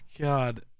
God